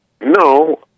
no